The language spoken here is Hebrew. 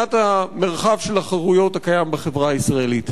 מבחינת המרחב של החירויות הקיים בחברה הישראלית.